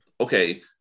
okay